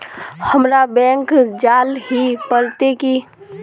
हमरा बैंक जाल ही पड़ते की?